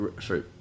Sorry